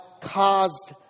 caused